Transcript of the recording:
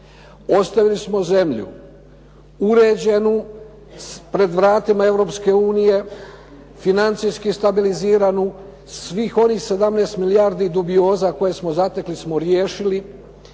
Ostavili smo zemlju uređenu pred vratima Europske unije, financijski stabiliziranu, svih onih 17 milijardi dubioza koje smo zatekli smo riješili